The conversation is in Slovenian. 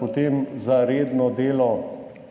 Glede rednega dela